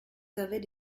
avaient